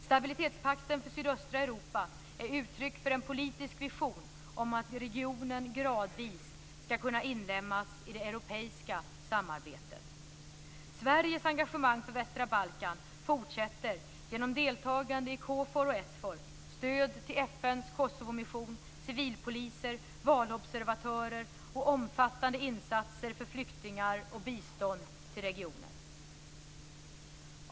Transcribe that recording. Stabilitetspakten för sydöstra Europa är uttryck för en politisk vision om att regionen gradvis ska kunna inlemmas i det europeiska samarbetet. Sveriges engagemang för västra Balkan fortsätter genom deltagande i KFOR och SFOR, stöd till FN:s Kosovomission, civilpoliser, valobservatörer och omfattande insatser för flyktingar och bistånd till regionen.